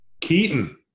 Keaton